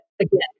Again